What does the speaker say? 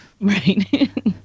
right